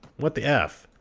what the f?